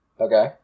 Okay